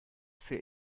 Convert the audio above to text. für